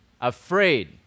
Afraid